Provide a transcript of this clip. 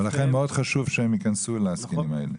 ולכן מאוד חשוב שהם יכנסו להסכמים האלה.